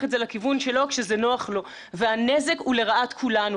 את זה לכיוון שלו כשזה נוח לו והנזק הוא לרעת כולנו.